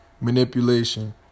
manipulation